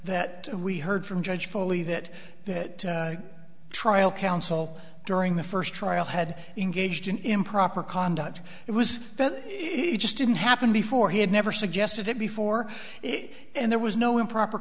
that we heard from judge fully that that trial counsel during the first trial had in gauged an improper conduct it was then it just didn't happen before he had never suggested it before it and there was no improper